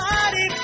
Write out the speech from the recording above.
Body